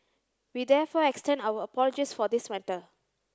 we therefore extend our apologies for this matter